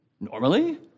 normally